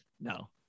No